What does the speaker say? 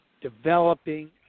developing